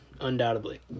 undoubtedly